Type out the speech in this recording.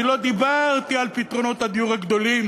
אני לא דיברתי על פתרונות הדיור הגדולים